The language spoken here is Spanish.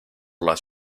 las